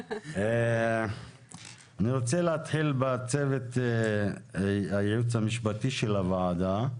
אני רוצה להתחיל בצוות הייעוץ המשפטי של הוועדה,